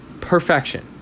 perfection